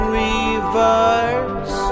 reverse